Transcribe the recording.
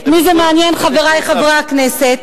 אבל את מי זה מעניין, חברי חברי הכנסת?